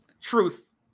truth